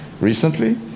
recently